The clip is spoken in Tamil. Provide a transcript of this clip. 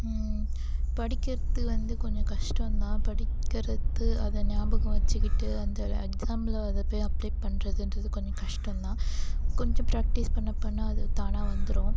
படிக்கிறது வந்து கொஞ்சம் கஷ்டம் தான் படிக்கிறது அதை ஞாபகம் வச்சுக்கிட்டு அந்த எக்ஸாமில் அதை போய் அப்ளை பண்ணுறதுன்றது கொஞ்சம் கஷ்டம் தான் கொஞ்சம் பிராக்டிஸ் பண்ண பண்ணா அது தானா வந்துடும்